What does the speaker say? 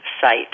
site